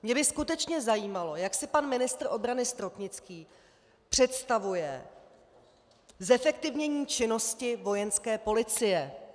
Mě by skutečně zajímalo, jak si pan ministr obrany Stropnický představuje zefektivnění činnosti Vojenské policie.